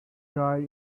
dried